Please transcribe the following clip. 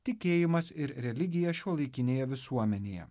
tikėjimas ir religija šiuolaikinėje visuomenėje